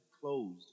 closed